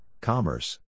commerce